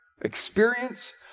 experience